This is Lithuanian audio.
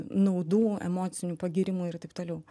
naudų emocinių pagyrimų ir taip toliau